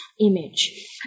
image